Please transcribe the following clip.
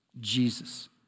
Jesus